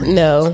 no